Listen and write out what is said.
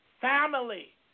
family